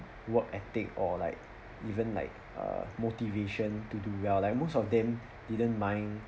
work ethic or like even like a motivation to do well like most of them didn't mind